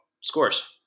scores